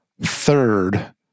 third